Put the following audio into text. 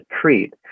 treat